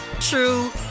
true